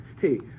hey